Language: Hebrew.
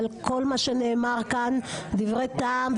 אבל כל מה שנאמר כאן דברי טעם.